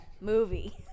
movie